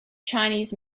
chinese